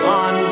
on